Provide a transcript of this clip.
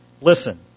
Listen